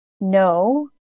No